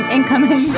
Incoming